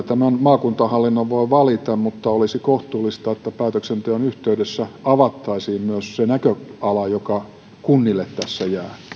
maakuntahallinnon voi valita mutta olisi kohtuullista että päätöksenteon yhteydessä avattaisiin myös se näköala joka kunnille tässä jää